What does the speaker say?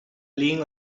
laying